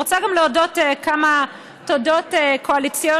אני רוצה לומר גם כמה תודות קואליציוניות.